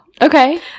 Okay